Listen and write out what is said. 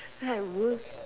then I work